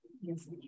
Yes